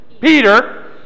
Peter